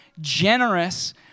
generous